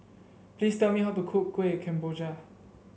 please tell me how to cook Kueh Kemboja